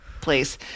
place